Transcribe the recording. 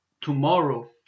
tomorrow